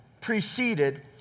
preceded